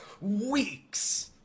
Weeks